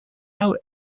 out